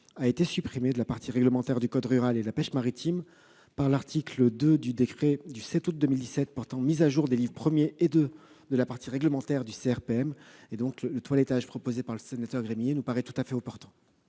été supprimée de la partie réglementaire du code rural et de la pêche maritime par l'article 2 du décret du 7 août 2017 portant mise à jour des livres I et II de la partie réglementaire de ce code, le toilettage proposé par le sénateur Gremillet nous paraît tout à fait opportun.